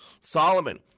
Solomon